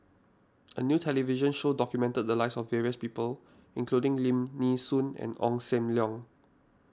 a new television show documented the lives of various people including Lim Nee Soon and Ong Sam Leong